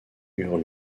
eurent